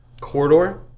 corridor